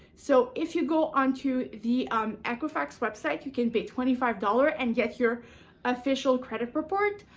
so, if you go on to the equifax website, you can pay twenty five dollars and get your official credit report,